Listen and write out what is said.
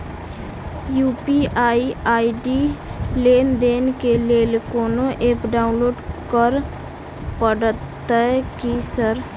UPI ID लेनदेन केँ लेल कोनो ऐप डाउनलोड करऽ पड़तय की सर?